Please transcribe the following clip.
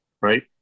right